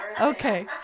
Okay